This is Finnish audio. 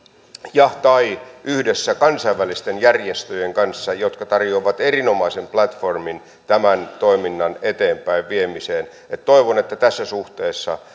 ja tai yhdessä kansainvälisten järjestöjen kanssa jotka tarjoavat erinomaisen platformin tämän toiminnan eteenpäinviemiseen toivon että tässä suhteessa